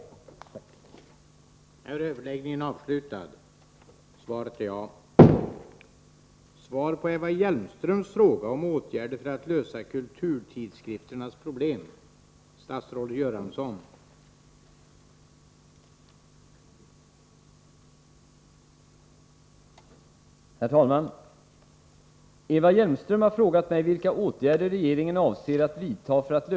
lösa kulturtidskrifternas problem